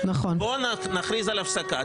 בוא נכריז על הפסקה,